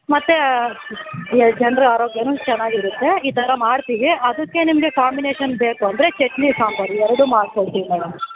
ಮತ್ತು ಜನರ ಆರೋಗ್ಯನೂ ಚೆನ್ನಾಗಿರುತ್ತೆ ಈ ಥರ ಮಾಡ್ತೀವಿ ಅದಕ್ಕೆ ನಿಮಗೆ ಕಾಂಬಿನೇಶನ್ ಬೇಕು ಅಂದರೆ ಚಟ್ನಿ ಸಾಂಬಾರು ಎರಡೂ ಮಾಡ್ಕೊಡ್ತೀವಿ ಮೇಡಮ್